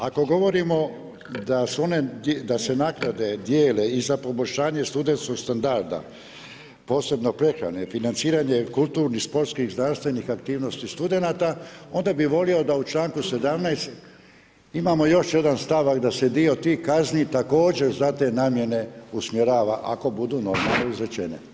Ako govorimo da se naknade dijele i za poboljšanje studentskog standarda, posebno prehrane, financiranje kulturnih, sportskih, znanstvenih aktivnosti studenata, onda bi volio da u članku 17. imamo još jedan stavak da se dio tih kazni također za te namjene usmjerava ako budu normalno izrečene.